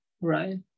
right